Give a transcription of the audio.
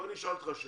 אני אשאל אותך שאלה.